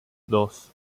dos